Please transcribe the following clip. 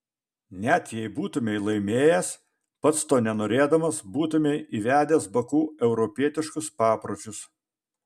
net jei būtumei laimėjęs pats to nenorėdamas būtumei įvedęs baku europietiškus papročius